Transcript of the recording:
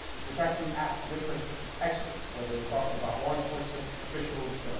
which actually asks different experts whether we're talking about law enforcement officials,